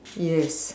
yes